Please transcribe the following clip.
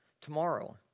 tomorrow